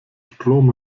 strom